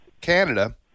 Canada